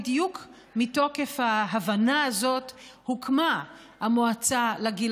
בדיוק מתוקף ההבנה הזאת הוקמה המועצה לגיל